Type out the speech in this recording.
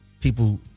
people